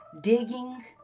digging